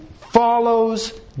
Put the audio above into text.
follows